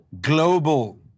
global